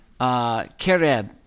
Kereb